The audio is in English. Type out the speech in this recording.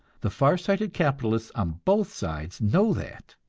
the far-sighted capitalists on both sides know that,